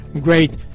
great